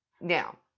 Now